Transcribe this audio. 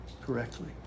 correctly